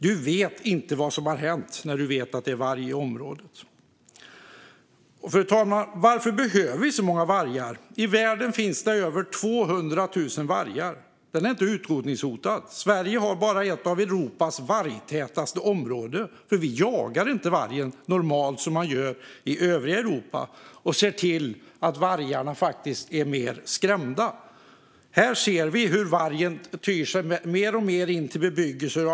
Du vet inte vad som har hänt när du vet att det finns varg i området. Fru talman! Varför behöver vi så många vargar? I världen finns det över 200 000 vargar. Vargen är inte utrotningshotad. Sverige har ett av Europas vargtätaste områden, för vi jagar normalt inte vargen som man gör i övriga Europa så att vargarna där också är mer skrämda. Här ser vi hur vargen tyr sig mer och mer till bebyggelse.